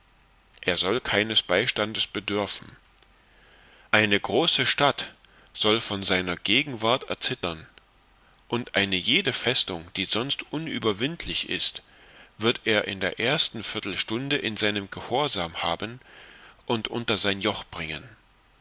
er soll keines beistandes bedörfen eine jede große stadt soll von seiner gegenwart erzittern und eine jede festung die sonst unüberwindlich ist wird er in der ersten viertelstunde in seinem gehorsam haben und unter sein joch bringen